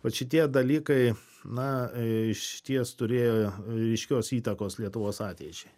vat šitie dalykai na išties turėjo ryškios įtakos lietuvos ateičiai